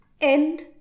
End